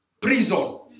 prison